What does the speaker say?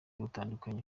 butandukanye